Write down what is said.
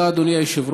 תודה, אדוני היושב-ראש.